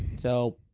so,